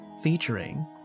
featuring